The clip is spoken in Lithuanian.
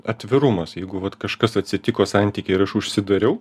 atvirumas jeigu vat kažkas atsitiko santykiai ir aš užsidariau